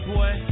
Boy